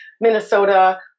Minnesota